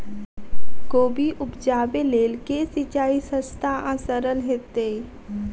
कोबी उपजाबे लेल केँ सिंचाई सस्ता आ सरल हेतइ?